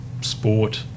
sport